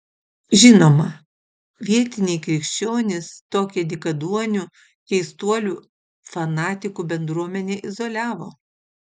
žinoma vietiniai krikščionys tokią dykaduonių keistuolių fanatikų bendruomenę izoliavo